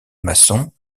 maçon